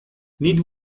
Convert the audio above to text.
need